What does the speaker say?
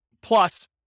plus